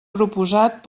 proposat